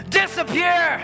disappear